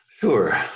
Sure